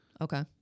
Okay